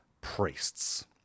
priests